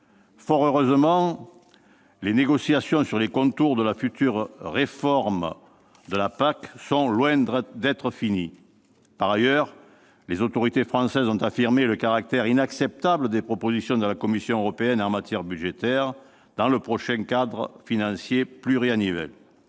Fort heureusement, les négociations sur les contours de la future réforme de la PAC sont loin d'être finies. Par ailleurs, les autorités françaises ont affirmé le caractère « inacceptable » des propositions de la Commission européenne en matière budgétaire dans le prochain cadre financier pluriannuel.